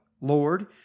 Lord